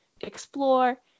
explore